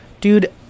Dude